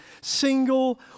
single